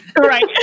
Right